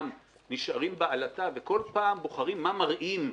נשארים בעלטה ובכל פעם בוחרים מה מראים,